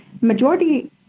majority